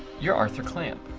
you're arthur clamp.